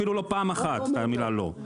אפילו לא פעם אחת את המילה לא,